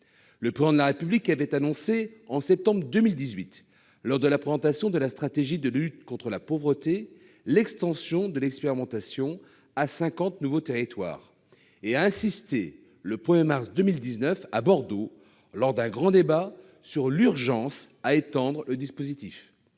Le Président de la République avait annoncé en septembre 2018, lors de la présentation de la stratégie de lutte contre la pauvreté, l'extension de l'expérimentation à 50 nouveaux territoires. Il a également insisté le 1 mars 2019, à Bordeaux, lors d'un grand débat, sur l'urgence d'étendre le dispositif.